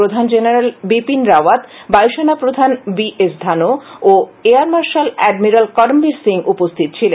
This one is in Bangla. প্রধান জেনারেল বিপিন রাওয়াত বায়ুসেনা প্রধান বিএস ধানোও ও air marshal admiral Karambir Singh উপস্হিত ছিলেন